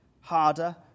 harder